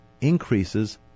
increases